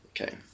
Okay